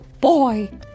boy